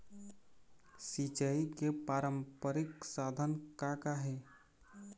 सिचाई के पारंपरिक साधन का का हे?